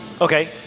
Okay